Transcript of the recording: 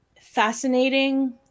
fascinating